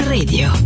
Radio